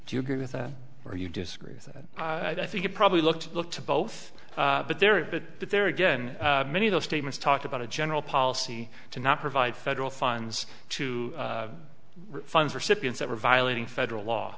do you agree with that or you disagree with that i think it probably looked look to both but there is but there again many of those statements talked about a general policy to not provide federal funds to funds recipients that were violating federal law